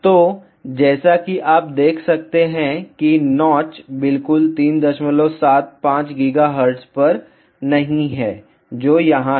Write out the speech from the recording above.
तो जैसा कि आप देख सकते हैं कि नॉच बिल्कुल 375 GHz पर नहीं है जो यहां है